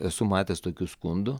esu matęs tokių skundų